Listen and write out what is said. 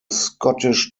scottish